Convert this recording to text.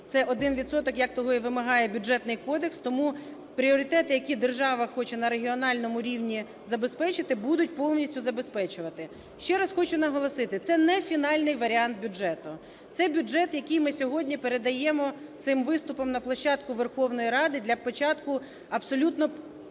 як того і вимагає Бюджетний кодекс, тому пріоритети, які держава хоче на регіональному рівні забезпечити, будуть повністю забезпечувати. Ще раз хочу наголосити, це не фінальний варіант бюджету. Це бюджет, який ми сьогодні передаємо, цим виступом, на площадку Верховної Ради для початку абсолютно